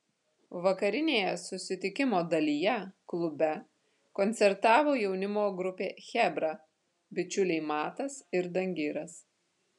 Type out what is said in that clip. vakarinėje susitikimo dalyje klube koncertavo jaunimo grupė chebra bičiuliai matas ir dangiras